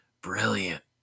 Brilliant